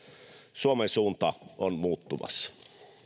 suomen suunta on muuttumassa